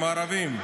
ערבים.